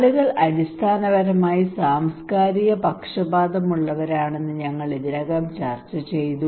ആളുകൾ അടിസ്ഥാനപരമായി സാംസ്കാരിക പക്ഷപാതമുള്ളവരാണെന്ന് ഞങ്ങൾ ഇതിനകം ചർച്ച ചെയ്തു